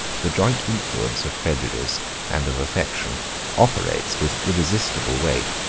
the joint influence of prejudice and of affection operates with irresistible weight.